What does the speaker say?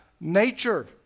nature